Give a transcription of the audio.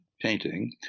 painting